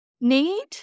need